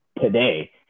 today